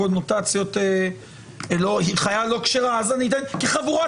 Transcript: בעלת קונוטציה לא כשרה אז אמצא ביטוי אחר,